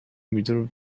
middle